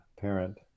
parent